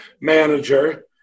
manager